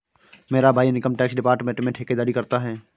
मेरा भाई income tax department में ठेकेदारी करता है